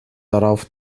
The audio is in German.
darauf